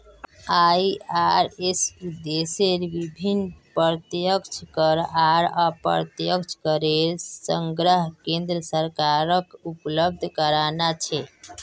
IRS उद्देश्य विभिन्न प्रत्यक्ष कर आर अप्रत्यक्ष करेर संग्रह केन्द्र सरकारक उपलब्ध कराना छे